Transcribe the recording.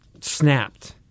snapped